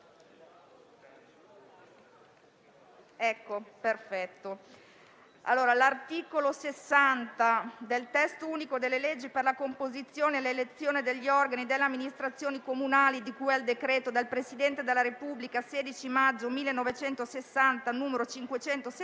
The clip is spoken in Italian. L'articolo 60 del testo unico delle leggi per la composizione e la elezione degli organi delle amministrazioni comunali, di cui al decreto del Presidente della Repubblica 16 maggio 1960, n. 570,